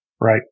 right